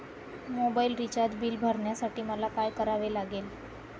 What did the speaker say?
Mobile recharge bill भरण्यासाठी मला काय करावे लागेल?